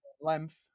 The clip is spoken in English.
length